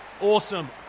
Awesome